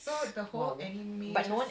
because pyrokinesis is